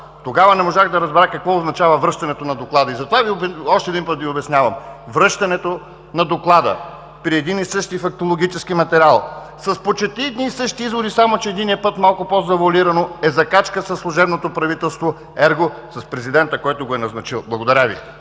Тогава не можах да разбера какво означава връщането на Доклада!? Затова още един път Ви обяснявам: връщането на доклада при един и същи фактологически материал, с почти едни и същи изводи, само че единият път малко по-завоалирано, е „закачка“ със служебното правителство, ерго с президента, който го е назначил. Благодаря Ви.